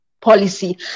policy